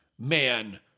man